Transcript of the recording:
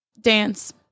Dance